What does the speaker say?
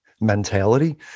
mentality